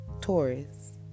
Taurus